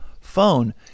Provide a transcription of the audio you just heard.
phone